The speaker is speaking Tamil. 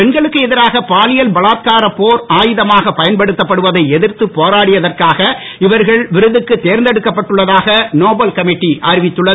பெண்களுக்கு எதிரான பாலியல் பலாத்காரம் போர் பயன்படுத்தப்படுவதை எதிர்த்து போராடியதற்காக இவர்கள் விருதுக்கு தேர்ந்தெடுக்கப்பட்டுள்ள தாக நோபல் கமிட்டி அறிவித்துள்ளது